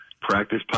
Practice